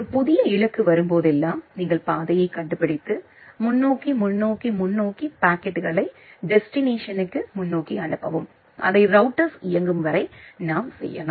ஒரு புதிய இலக்கு வரும்போதெல்லாம் நீங்கள் பாதையைக் கண்டுபிடித்து முன்னோக்கி முன்னோக்கி முன்னோக்கி பாக்கெட்டுகளை டெஸ்டினேஷனுக்கு முன்னோக்கி அனுப்பவும் அதை ரௌட்டர்ஸ் இயங்கும் வரை நாம் செய்யணும்